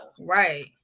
Right